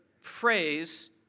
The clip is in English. phrase